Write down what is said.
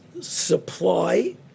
supply